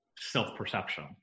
self-perception